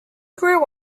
grew